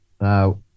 Now